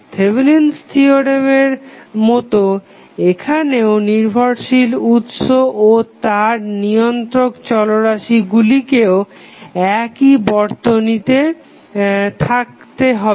Thevenin's থিওরেমের মতোও এখানেও নির্ভরশীল উৎস ও তার নিয়ন্ত্রক চলরাশিগুলিকেও একই বর্তনীতে থাকতে হবে